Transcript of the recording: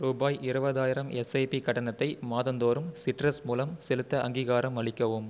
ரூபாய் இருபதாயிரம் எஸ்ஐபி கட்டணத்தை மாதந்தோறும் ஸிட்ரஸ் மூலம் செலுத்த அங்கீகாரம் அளிக்கவும்